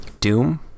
Doom